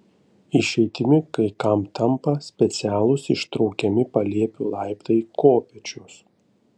išeitimi kai kam tampa specialūs ištraukiami palėpių laiptai kopėčios